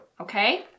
Okay